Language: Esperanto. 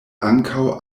ankaŭ